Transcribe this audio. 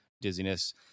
dizziness